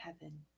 heaven